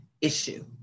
issue